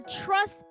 trust